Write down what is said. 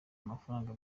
amafaranga